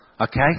okay